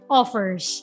offers